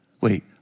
Wait